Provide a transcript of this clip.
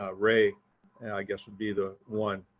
ah ray and i guess would be the one.